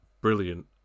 brilliant